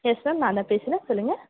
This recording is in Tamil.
எஸ் மேம் நான் தான் பேசுகிறேன் சொல்லுங்கள்